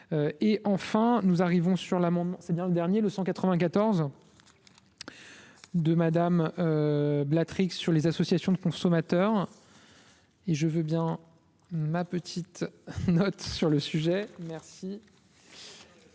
et enfin nous arrivons sur l'amendement, c'est bien le dernier le 194 de madame bla Trix sur les associations de consommateurs et je veux bien ma petite note sur le sujet, merci.